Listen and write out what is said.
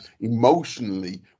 emotionally